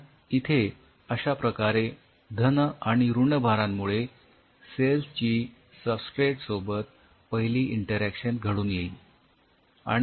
आणि इथे अश्या प्रकारे धन आणि ऋणभारांमुळे सेल्स ची सब्स्ट्रेट सोबत पहिली इंटरॅक्शन घडून येईल